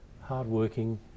hard-working